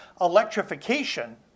electrification